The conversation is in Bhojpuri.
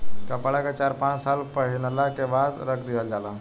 कपड़ा के चार पाँच साल पहिनला के बाद रख दिहल जाला